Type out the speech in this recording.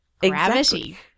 gravity